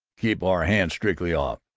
keep our hands strictly off.